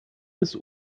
des